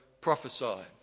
prophesied